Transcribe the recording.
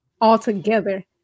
altogether